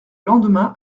lendemain